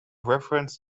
reference